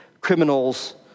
criminals